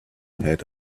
had